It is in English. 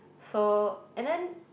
so and then